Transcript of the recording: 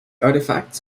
artifacts